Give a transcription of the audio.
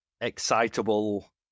excitable